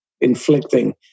inflicting